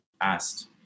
asked